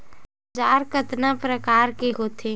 औजार कतना प्रकार के होथे?